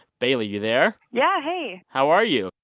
bailey, you there? yeah, hey how are you?